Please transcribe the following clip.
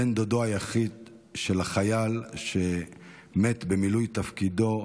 בן דודו היחיד של החייל שמת במילוי תפקידו,